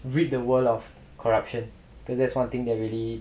rid the world of corruption because that's one thing that really